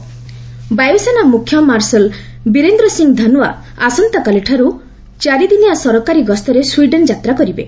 air chief visit ବାୟୁସେନା ମୁଖ୍ୟ marshal Birender Singh Dhanoa ଆସନ୍ତାକାଲିଠାରୁ ଚାରିଦିନିଆ ସରକାରୀ ଗସ୍ତରେ ସ୍ୱିଡେନ ଯାତ୍ରା କରିବେ